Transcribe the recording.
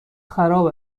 خراب